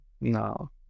No